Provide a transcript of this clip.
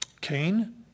Cain